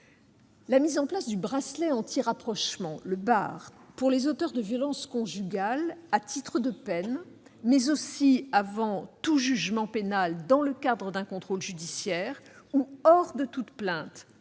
La mise en place du bracelet anti-rapprochement (BAR) pour les auteurs de violences conjugales à titre de peine, mais aussi avant tout jugement pénal dans le cadre d'un contrôle judiciaire, ou hors de toute plainte